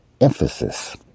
emphasis